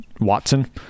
watson